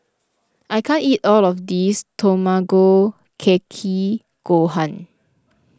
I can't eat all of this Tamago Kake Gohan